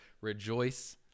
rejoice